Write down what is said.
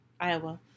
Iowa